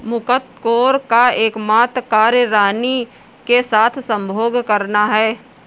मुकत्कोर का एकमात्र कार्य रानी के साथ संभोग करना है